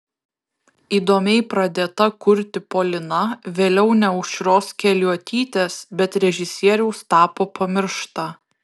įdomiai pradėta kurti polina vėliau ne aušros keliuotytės bet režisieriaus tapo pamiršta